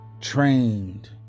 trained